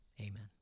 amen